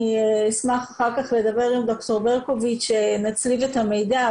אני אשמח אחר כך לדבר עם ד"ר ברקוביץ כדי שנצליב את המידע,